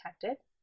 detected